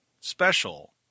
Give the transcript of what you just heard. special